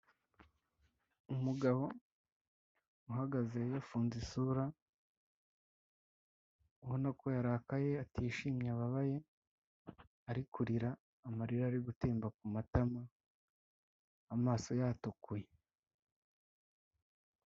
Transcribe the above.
Umugabo uhagaze yafunze isura ubona ko yarakaye atishimye ababaye ,ari kurira amarira ari gutemba ku matama amaso yatukuye.